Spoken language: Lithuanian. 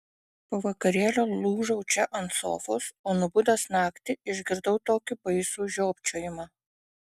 po vakarėlio lūžau čia ant sofos o nubudęs naktį išgirdau tokį baisų žiopčiojimą